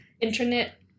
internet